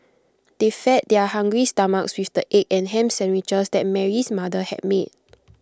they fed their hungry stomachs with the egg and Ham Sandwiches that Mary's mother had made